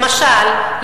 למשל,